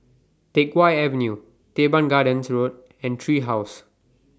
Teck Whye Avenue Teban Gardens Road and Tree House